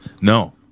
No